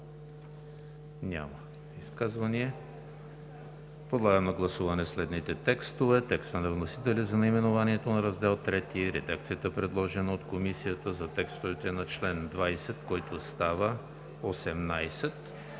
ли изказвания? Няма. Подлагам на гласуване следните текстове: текста на вносителя за наименованието на Раздел III и редакцията, предложена от Комисията за текстовете на чл. 20, който става чл.